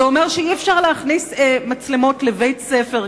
המשמעות היא שאי-אפשר להכניס מצלמות לבית-ספר,